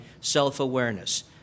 self-awareness